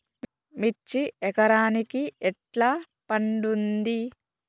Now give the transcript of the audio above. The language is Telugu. మిర్చి ఎకరానికి ఎట్లా పండుద్ధి?